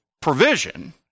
provision